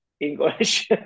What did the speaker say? English